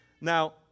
now